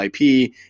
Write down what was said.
IP